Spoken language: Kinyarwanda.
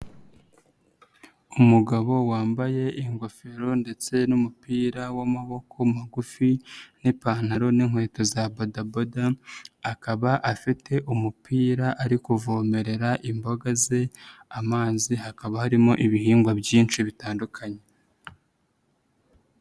Umugabo wambaye ingofero ndetse n'umupira w'amaboko magufi n'ipantaro n'inkweto za bodaboda, akaba afite umupira ari kuvomerera imboga ze amazi, hakaba harimo ibihingwa byinshi bitandukanye.